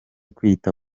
kwita